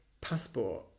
passport